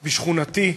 בשכונתי.